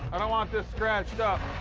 i don't want this scratched up.